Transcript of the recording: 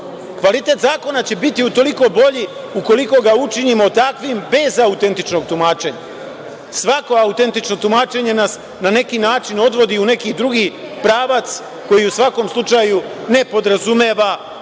zakona. Kvalitet zakona će bitu utoliko bolji ukoliko ga učinimo takvim bez autentičnog tumačenja. Svako autentično tumačenje na neki način nas odvodi u neki drugi pravac, koji u svakom slučaju ne podrazumeva